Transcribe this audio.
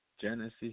Genesis